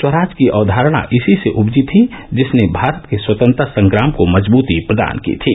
स्वराज की अवधारणा इसी से उपजी थी जिसनें भारत के स्वतंत्रता संग्राम को मजबूती प्रदान की थी